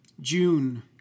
June